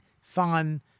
fun